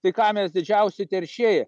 tai ką mes didžiausi teršėjai